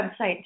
website